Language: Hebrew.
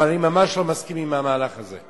אבל אני ממש לא מסכים עם המהלך הזה.